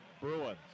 bruins